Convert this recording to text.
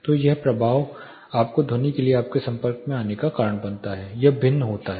तो जो प्रभाव आपको ध्वनि के लिए आपके संपर्क में आने का कारण बनता है वह भिन्न होता है